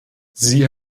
sie